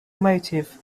motive